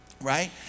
right